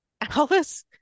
Alice